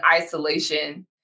isolation